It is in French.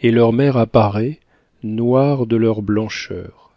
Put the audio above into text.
et leur mère apparaît noire de leur blancheur